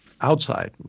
outside